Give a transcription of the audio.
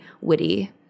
witty